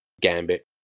Gambit